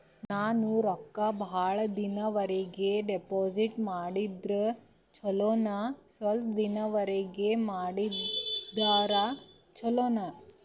ನಾನು ರೊಕ್ಕ ಬಹಳ ದಿನಗಳವರೆಗೆ ಡಿಪಾಜಿಟ್ ಮಾಡಿದ್ರ ಚೊಲೋನ ಸ್ವಲ್ಪ ದಿನಗಳವರೆಗೆ ಮಾಡಿದ್ರಾ ಚೊಲೋನ?